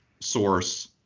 source